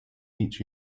each